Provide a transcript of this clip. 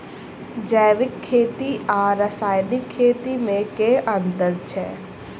जैविक खेती आ रासायनिक खेती मे केँ अंतर छै?